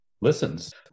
listens